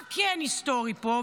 מה כן היסטורי פה?